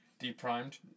deprimed